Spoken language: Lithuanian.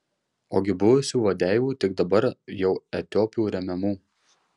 ogi buvusių vadeivų tik dabar jau etiopų remiamų